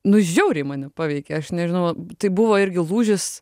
nu žiauriai mane paveikė aš nežinau tai buvo irgi lūžis